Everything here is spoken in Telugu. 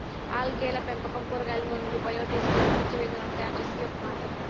ఆల్గేల పెంపకం కూరగాయల నూనెలు, బయో డీజిల్ లాంటి జీవ ఇంధనాలను తయారుచేసేకి ఒక మార్గం